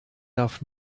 darf